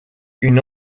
une